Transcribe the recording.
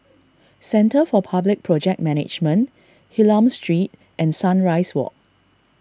Centre for Public Project Management Hylam Street and Sunrise Walk